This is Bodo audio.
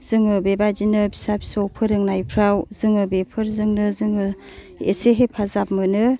जोङो बेबायदिनो फिसा फिसौ फोरोंनायफ्राव जोङो बेफोरजोंनो जोङो एसे हेफाजाब मोनो